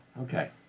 Okay